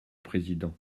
président